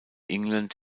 england